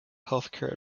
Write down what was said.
healthcare